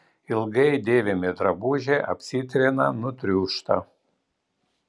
ilgai dėvimi drabužiai apsitrina nutriūšta